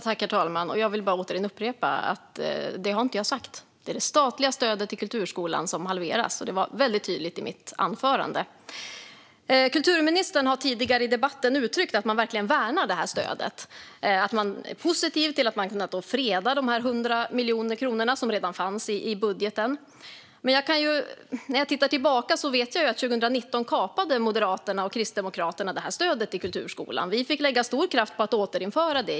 Herr talman! Jag vill bara återigen upprepa att det har jag inte sagt. Det är det statliga stödet till kulturskolan som halveras, och det var väldigt tydligt i mitt anförande. Kulturministern har tidigare i debatten uttryckt att man verkligen värnar det här stödet och att man är positiv till att man kunnat freda de här 100 miljoner kronorna som redan fanns i budgeten. Men när jag tittar tillbaka vet jag ju att 2019 kapade Moderaterna och Kristdemokraterna stödet till kulturskolan. Vi fick lägga stor kraft på att återinföra det.